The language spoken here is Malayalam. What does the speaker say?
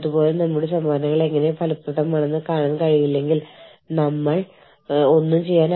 അതിനാൽ എല്ലാത്തിന്റെയും സാമ്പത്തിക പ്രത്യാഘാതങ്ങൾ എങ്ങനെയെന്ന് കണ്ടെത്തുക എന്നത് പ്രൊഫഷണലുകൾ എന്ന നിലയിൽ നമ്മൾ ചെയ്യുന്നു